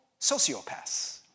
Sociopaths